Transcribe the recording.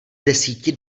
desíti